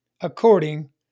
according